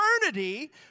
eternity